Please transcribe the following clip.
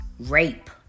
Rape